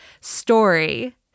story